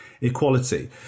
equality